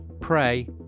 pray